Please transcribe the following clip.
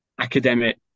academic